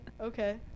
okay